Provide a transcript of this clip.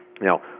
Now